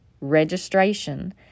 registration